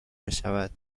بشود